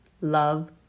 love